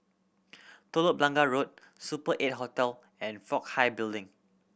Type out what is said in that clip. Telok Blangah Road Super Eight Hotel and Fook Hai Building